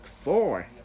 four